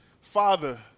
Father